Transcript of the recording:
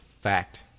fact